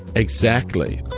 exactly.